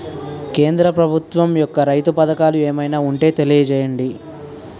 కేంద్ర ప్రభుత్వం యెక్క రైతు పథకాలు ఏమైనా ఉంటే తెలియజేయండి?